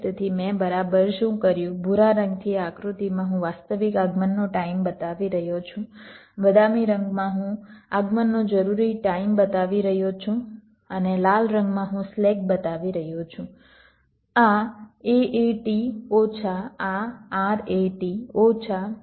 તેથી મેં બરાબર શું કર્યું ભૂરા રંગથી આ આકૃતિમાં હું વાસ્તવિક આગમનનો ટાઈમ બતાવી રહ્યો છું આ બદામી રંગમાં હું આગમનનો જરૂરી ટાઈમ બતાવી રહ્યો છું અને લાલ રંગમાં હું સ્લેક બતાવી રહ્યો છું આ AAT ઓછા આ RAT ઓછા AAT